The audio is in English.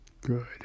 Good